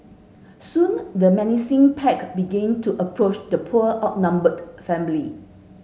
soon the menacing pack began to approach the poor outnumbered family